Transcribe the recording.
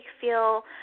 feel